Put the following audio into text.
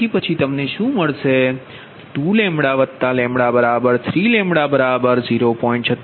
તેથી પછી તમને શું મળશે 2λλ3λ0